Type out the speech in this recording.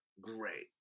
Great